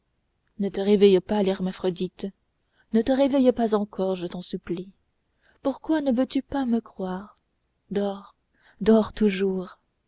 ne te réveille pas hermaphrodite ne te réveille pas encore je t'en supplie pourquoi ne veux-tu pas me croire dors dors toujours